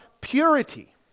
purity